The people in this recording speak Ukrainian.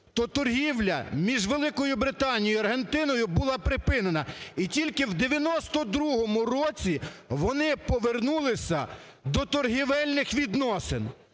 то торгівля між Великою Британією і Аргентиною була припинена. І тільки у 92-му році вони повернулись до торгівельних відносин.